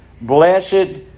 Blessed